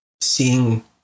seeing